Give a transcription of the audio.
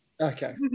Okay